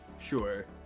Sure